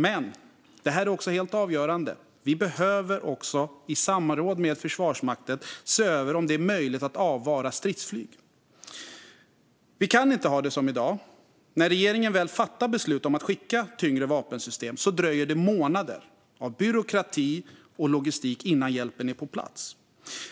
Men - och detta är helt avgörande - vi behöver också i samråd med Försvarsmakten se över om det är möjligt att avvara stridsflyg. Vi kan inte ha det som i dag. När regeringen väl fattar beslut om att skicka tyngre vapensystem dröjer det månader av byråkrati och logistik innan hjälpen är på plats.